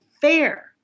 fair